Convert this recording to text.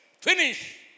Finish